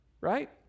right